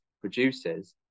produces